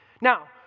now